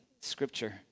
Scripture